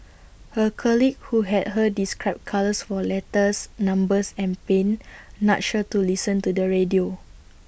her colleague who had heard describe colours for letters numbers and pain nudged her to listen to the radio